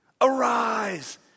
arise